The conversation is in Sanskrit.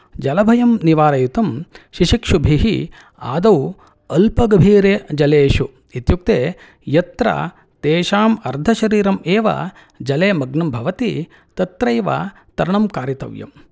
जलभयं निवारयितुं शिशुक्षिभिः अदौ अल्पगभीरे जलेषु इयुक्ते यत्र तेषाम् अर्धशरीरं एव जले मग्नं भवति तत्रैव तरणं कारितव्यम्